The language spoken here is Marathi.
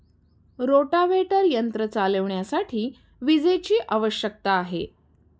रोटाव्हेटर यंत्र चालविण्यासाठी विजेची आवश्यकता आहे